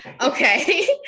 Okay